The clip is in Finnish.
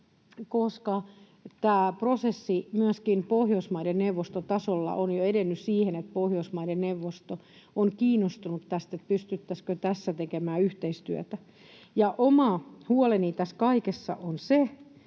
koska tämä prosessi myöskin Pohjoismaiden neuvoston tasolla on jo edennyt siihen, että Pohjoismaiden neuvosto on kiinnostunut tästä, pystyttäisiinkö tässä tekemään yhteistyötä. Oma huoleni tässä kaikessa on se,